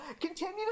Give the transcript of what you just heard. Continue